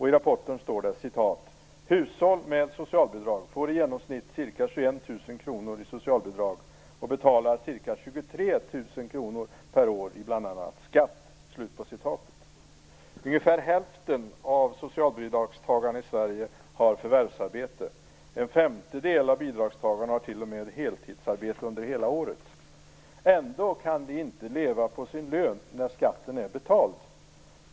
I rapporten står: Hushåll med socialbidrag får i genomsnitt ca 21 000 kr i socialbidrag och betalar ca 23 000 Ungefär hälften av socialbidragstagarna i Sverige har förvärvsarbete, en femtedel har t.o.m. heltidsarbete under hela året. Ändå kan de inte leva på sin lön när skatten är betald.